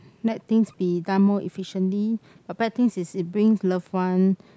let things be done more efficiently the bad things is it brings love ones